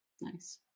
Nice